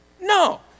No